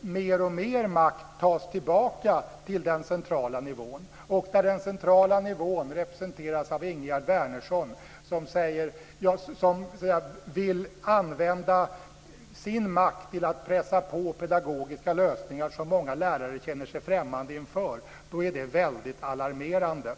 Mer och mer makt tas ju tillbaka till den centrala nivån, och den centrala nivån representeras av Ingegerd Wärnersson som vill använda sin makt till att pressa på pedagogiska lösningar som många lärare känner sig främmande inför. Detta är väldigt alarmerande.